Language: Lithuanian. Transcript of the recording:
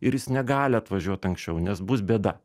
ir jis negali atvažiuot anksčiau nes bus bėda